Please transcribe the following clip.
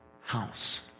house